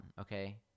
okay